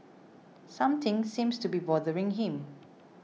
something seems to be bothering him